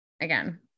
again